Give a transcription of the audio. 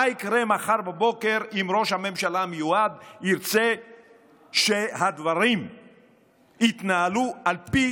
מה יקרה מחר בבוקר אם ראש הממשלה המיועד ירצה שהדברים יתנהלו על פי